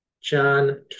John